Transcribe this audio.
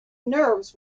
nerves